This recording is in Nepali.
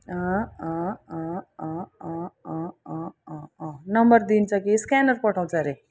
अँ अँ अँ अँ अँ अँ अँ अँ अँ नम्बर दिन्छ कि स्क्यानर पठाउँछ अरे